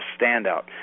standout